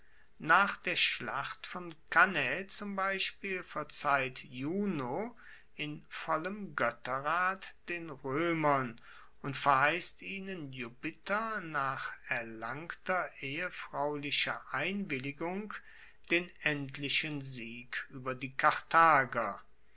nach der schlacht von cannae zum beispiel verzeiht juno in vollem goetterrat den roemern und verheisst ihnen jupiter nach erlangter ehefraeulicher einwilligung den endlichen sieg ueber die karthager